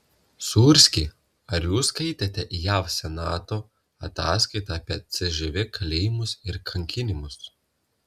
sūrski ar jūs skaitėte jav senato ataskaitą apie cžv kalėjimus ir kankinimus